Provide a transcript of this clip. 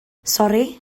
sori